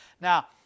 Now